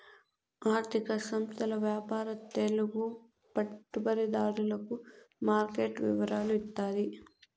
ఆర్థిక సంస్థల వ్యాపార తెలుగు పెట్టుబడిదారులకు మార్కెట్ వివరాలు ఇత్తాది